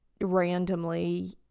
randomly